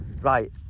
Right